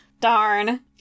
Darn